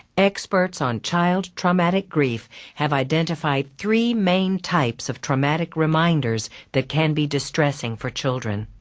experts on child traumatic grief have identified three main types of traumatic reminders that can be distressing for children.